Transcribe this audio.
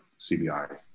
CBI